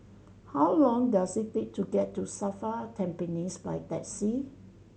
how long does it take to get to SAFRA Tampines by taxi